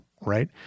right